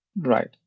Right